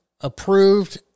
approved